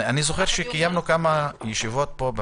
אני זוכר שקיימנו כמה ישיבות פה,